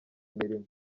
imirimo